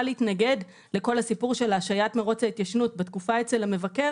להתנגד לכל הסיפור של השהיית מרוץ ההתיישנות בתקופה אצל המבקר